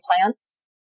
plants